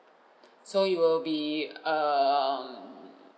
so you will be um